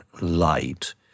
light